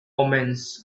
omens